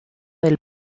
del